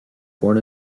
born